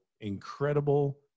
incredible